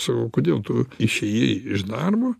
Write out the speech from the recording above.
sakau kodėl tu išėjai iš darbo